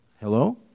Hello